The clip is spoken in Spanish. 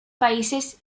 países